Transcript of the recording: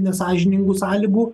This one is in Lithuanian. nesąžiningų sąlygų